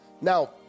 Now